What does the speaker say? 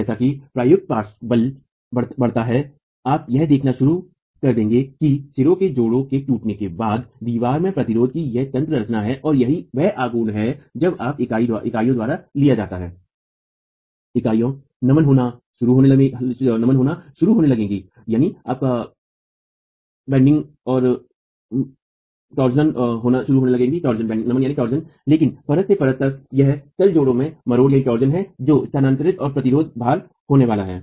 जैसा कि प्रयुक्त पार्श्व बल बढ़ता है आप यह देखना शुरू कर देंगे कि सिरों के जोड़ों के टूटने के बाद दीवार में प्रतिरोध की एक यंत्र रचना है और यही वह आघूर्ण है जहां अब इकाइयों द्वारा लिया जाता है इकाइयां नमन होना शुरू होने लगती हैं लेकिन परत से परत तक यह तल जोड़ों में मरोड़ है जो स्थानातरण और प्रतिरोध भार होने वाला है